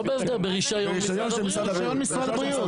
ברישיון של משרד הבריאות.